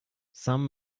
some